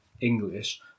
English